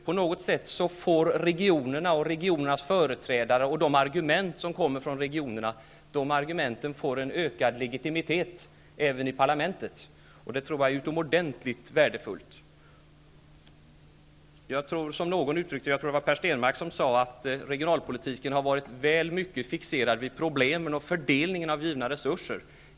På något sätt får regionerna, regionernas företrädare och deras argument en ökad legitimitet även i parlamentet, och det tror jag är utomordentligt värdefullt. Jag tror att det var Per Stenmarck som tidigare i debatten sade att regionalpolitiken har varit väl mycket fixerad vid problemen och fördelningen av givna resurser.